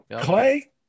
Clay